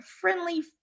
friendly